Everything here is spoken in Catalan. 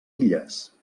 illes